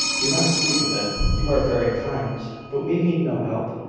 do not speak of it. you are very kind but we need no help,